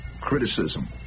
criticism